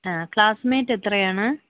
ആ ക്ലാസ്സ്മേറ്റ് എത്രയാണ്